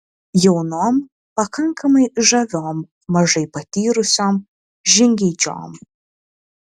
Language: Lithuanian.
jaunom pakankamai žaviom mažai patyrusiom žingeidžiom